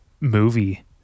movie